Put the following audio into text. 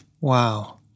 wow